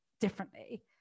differently